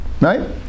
right